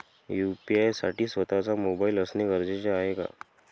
UPI साठी स्वत:चा mobile असणे गरजेचे आहे का?